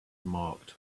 marked